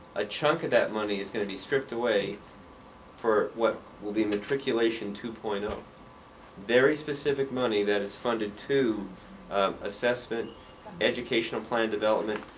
a chunk of that money is going to be stripped away for what will be matriculation two point um very specific money that is funded to assessment educational plan development,